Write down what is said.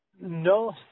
No